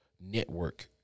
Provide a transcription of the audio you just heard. network